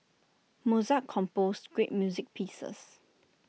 Mozart composed great music pieces